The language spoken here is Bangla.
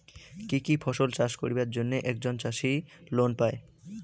কি কি ফসল চাষ করিবার জন্যে একজন চাষী লোন পায়?